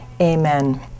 Amen